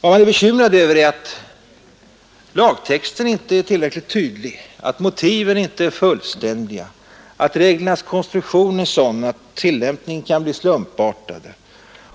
Vad man är bekymrad över är att lagtexten inte är tillräckligt tydlig, att motiven inte är fullständiga, att reglernas konstruktion är sådan att tillämpningen kan bli slumpartad